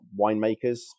winemakers